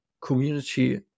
community